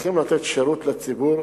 ומצליחים לתת שירות לציבור,